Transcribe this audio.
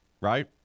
Right